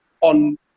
on